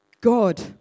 God